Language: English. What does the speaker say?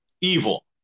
evil